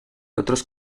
otros